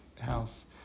house